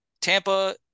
Tampa